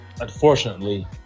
unfortunately